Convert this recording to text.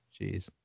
Jeez